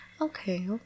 Okay